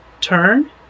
turn